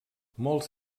molts